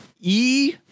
E-